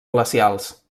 glacials